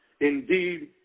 Indeed